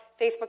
Facebook